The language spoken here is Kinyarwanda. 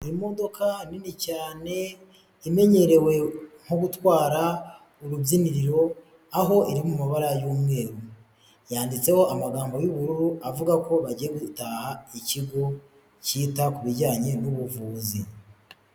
Imodoka nini cyane imenyerewe nko gutwara urubyiniriro aho iri mu mabara y'umweru, yanditseho amagambo y'ubururu avuga ko bagiye gutaha ikigo cyita ku bijyanye n'ubuvuzi.